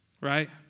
Right